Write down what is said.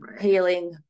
healing